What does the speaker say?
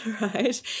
right